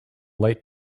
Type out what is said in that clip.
light